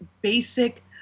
basic